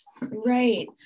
right